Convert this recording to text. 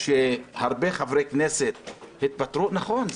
שהרבה חברי כנסת התפטרו נכון,